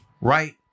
right